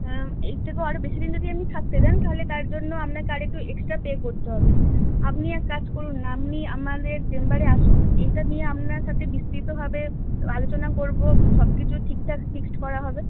এর থেকেও আরও বেশি দিন যদি আপনি থাকতে চান তাহলে তার জন্য আপনাকে আর একটু এক্সট্রা পে করতে হবে আপনি এক কাজ করুন না আপনি আমাদের চেম্বারে আসুন এইটা নিয়ে আপনার সাথে বিস্তৃতভাবে আলোচনা করবো সব কিছু ঠিকঠাক ফিক্সড করা হবে